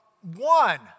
one